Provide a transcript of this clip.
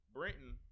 Brenton